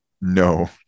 No